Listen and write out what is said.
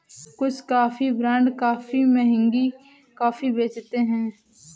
कुछ coffee brand काफी महंगी कॉफी बेचते हैं